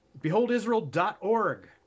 beholdisrael.org